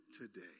today